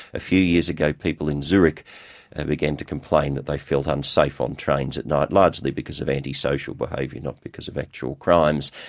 a few years ago people in zurich and began to complain that they felt unsafe on trains at night, largely because of antisocial behaviour, not because of actual crimes.